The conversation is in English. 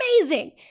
amazing